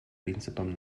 принципам